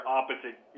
opposite